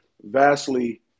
vastly